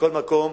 מכל מקום,